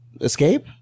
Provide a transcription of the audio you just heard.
escape